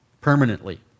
permanently